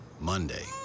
Monday